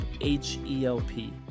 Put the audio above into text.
H-E-L-P